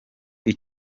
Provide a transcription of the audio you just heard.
iki